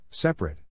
Separate